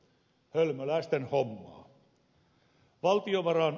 hölmöläisten hommaa